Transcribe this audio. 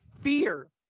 fear